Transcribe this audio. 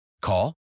Call